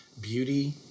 Beauty